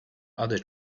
other